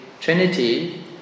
trinity